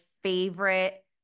favorite